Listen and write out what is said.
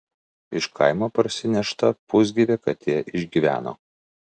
iš kaimo parsinešta pusgyvė katė išgyveno